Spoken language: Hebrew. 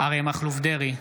אריה מכלוף דרעי,